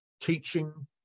teaching